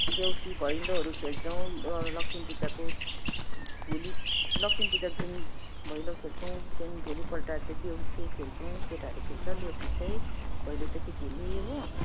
देउसी भैलोहरू खल्छौँ लक्ष्मी पूजाको भोलि लक्ष्मी पूजाको दिन भैलो खल्छौँ त्यहाँदेखि भोलिपल्ट देउसे खल्छौँ केटाहरूले खेल्छ देउसी चाहिँ भैलो चाहिँ केटीहरूले हो